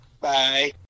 Bye